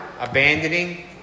abandoning